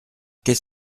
qu’est